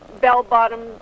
bell-bottom